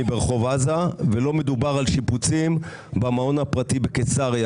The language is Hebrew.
ברחוב עזה ולא מדובר על שיפוצים במעון הפרטי בקיסריה.